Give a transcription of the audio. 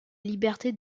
liberté